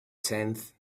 tenth